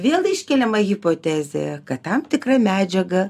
vėl iškeliama hipotezė kad tam tikra medžiaga